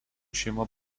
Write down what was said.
šeima